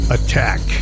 Attack